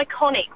iconic